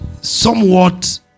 somewhat